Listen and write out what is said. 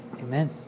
Amen